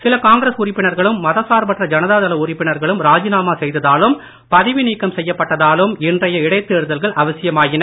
சில காங்கிரஸ் உறுப்பினர்களும் மதசார்பற்ற ஜனதாதள உறுப்பினர்களும் ராஜிநாமா செய்ததாலும் பதவி நீக்கம் செய்யப்பட்டதாலும் இன்றைய இடைத் தேர்தல்கள் அவசியமாயின